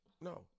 No